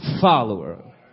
follower